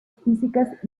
físicas